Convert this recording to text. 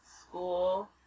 school